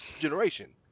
generation